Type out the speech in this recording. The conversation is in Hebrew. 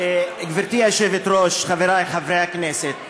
גברתי היושבת-ראש, חברי חברי הכנסת,